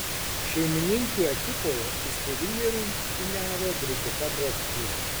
šeimininkių ekipoje įspūdingai rungtyniavo brigita brovkienė